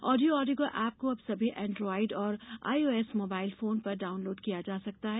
audio ओडिगो app को अब सभी एंड्रायड और आईओएस मोबाइल फोन पर डाउनलोड किया जा सकता है